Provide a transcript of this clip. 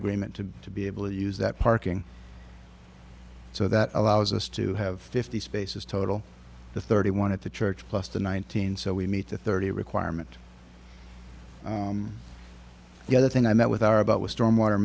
agreement to to be able to use that parking so that allows us to have fifty spaces total the thirty wanted to church plus the nineteen so we meet the thirty requirement the other thing i met with our about was storm water